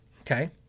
Okay